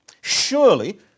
Surely